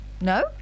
No